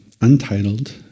Untitled